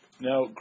Now